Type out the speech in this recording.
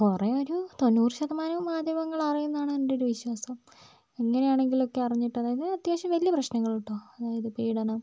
കുറെ ഒരു തൊണ്ണൂറ് ശതമാനവും മാധ്യമങ്ങള് അറിയും എന്നാണ് എന്റെ ഒരു വിശ്വാസം എങ്ങനെയാണെങ്കിലും ഒക്കെ അറിഞ്ഞിട്ട് അതായത് അത്യാവശ്യം വലിയ പ്രശ്നങ്ങൾ കേട്ടോ അതായത് പീഡനം